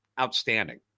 outstanding